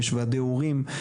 יש ועדי הורים,